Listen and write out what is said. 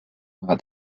war